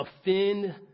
offend